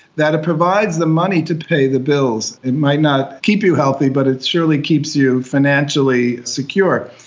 that it provides the money to pay the bills. it might not keep you healthy but it surely keeps you financially secure.